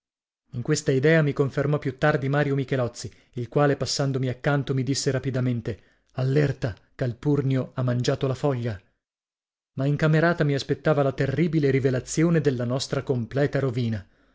in questa idea mi confermò più tardi mario michelozzi il quale passandomi accanto mi disse rapidamente all'erta calpurnio ha mangiato la foglia ma in camerata mi aspettava la terribile rivelazione della nostra completa rovina